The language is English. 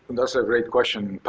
that's a great question. but